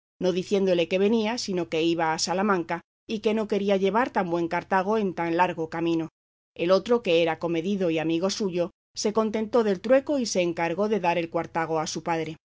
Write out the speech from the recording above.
no diciéndole que venía sino que iba a salamanca y que no quería llevar tan buen cuartago en tan largo camino el otro que era comedido y amigo suyo se contentó del trueco y se encargó de dar el cuartago a su padre